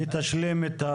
היא תשלים.